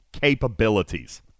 Capabilities